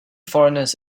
foreigners